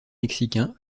mexicain